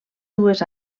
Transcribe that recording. dues